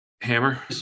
Hammer